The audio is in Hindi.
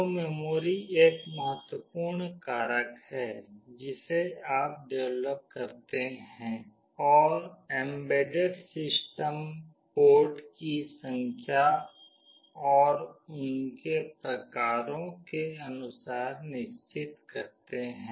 तो मेमोरी एक महत्वपूर्ण कारक है जिसे आप डेवलप करते हैं और एम्बेडेड सिस्टम पोर्ट की संख्या और उनके प्रकारों के अनुसार निश्चित करते हैं